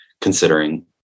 considering